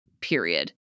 period